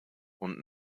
und